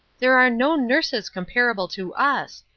there are no nurses comparable to us,